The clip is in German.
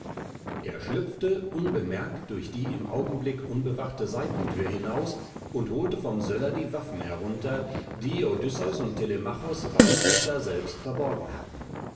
er schlüpfte unbemerkt durch die im augenblick unbewachte seitenthür hinaus und holte vom söller die waffen herunter die odysseus und telemachos weislich daselbst verborgen hatten